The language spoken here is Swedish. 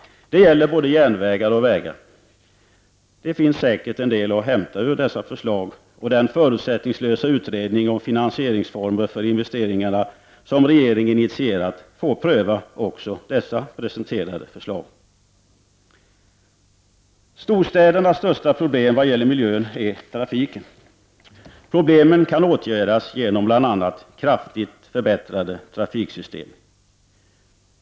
Det gäller både järnvägar och vägar. Det finns säkert en del att hämta ur dessa förslag, och den förutsättningslösa utredning om finansieringsformer för investeringarna som regeringen initierat får pröva också dessa presenterade förslag. Storstädernas största problem vad gäller miljön är trafiken. Problemen kan åtgärdas genom bl.a. kraftigt förbättrade trafiksystem.